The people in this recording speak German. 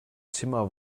zimmer